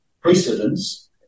precedence